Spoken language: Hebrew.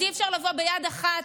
אז אי-אפשר לבוא ביד אחת,